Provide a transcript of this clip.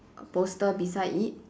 err poster beside it